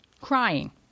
crying